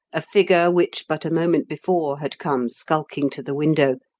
a figure which but a moment before had come skulking to the window,